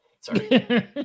Sorry